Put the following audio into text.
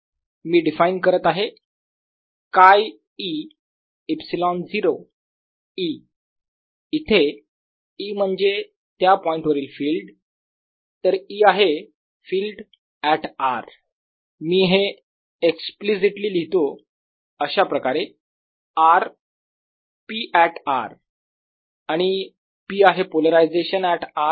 मी define करत आहे 𝛘e ε0 E इथे E म्हणजे त्या पॉईंट वरील फिल्ड तर E आहे फिल्ड ऍट r मी हे एक्स्प्लिसिटली लिहितो अशाप्रकारे - r P at r Pre0E आणि P आहे पोलरायझेशन ऍट r